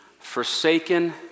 forsaken